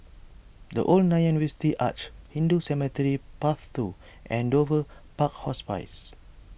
the Old Nanyang University Arch Hindu Cemetery Path two and Dover Park Hospice